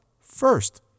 first